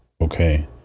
Okay